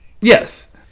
Yes